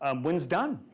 ah when's done?